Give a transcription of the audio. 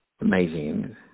Amazing